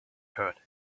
hurt